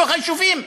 בתוך היישובים.